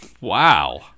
Wow